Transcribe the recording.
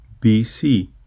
BC